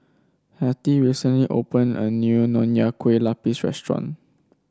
Hattie recently opened a new Nonya Kueh Lapis Restaurant